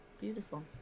Beautiful